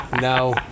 No